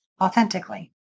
authentically